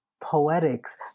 poetics